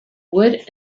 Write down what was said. wood